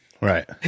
Right